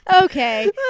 okay